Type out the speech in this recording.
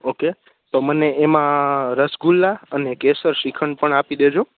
okay તો મને એમાં રસગુલ્લા અને કેસર શ્રીખંડ પણ આપી દેજો